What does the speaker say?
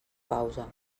pausa